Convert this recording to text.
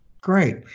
great